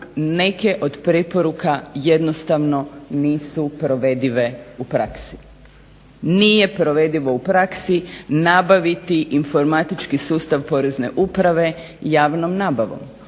neke od preporuka nisu provedive u praksi. Nije provedivo u praksi nabaviti informatički sustav porezne uprave javnom nabavom